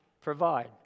provide